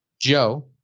Joe